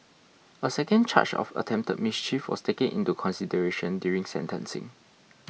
a second charge of attempted mischief was taken into consideration during sentencing